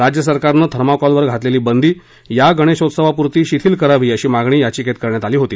राज्य सरकारनं थर्माकोलवर घातलेली बंदी या गणेशोत्सवापुरती शिथील करावी अशी मागणी याचिकेत करण्यात आली होती